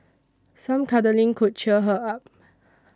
some cuddling could cheer her up